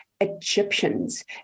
Egyptians